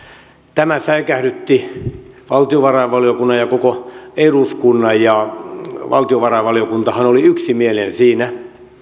tämä säikähdytti valtiovarainvaliokunnan ja koko eduskunnan valtiovarainvaliokuntahan oli yksimielinen siinä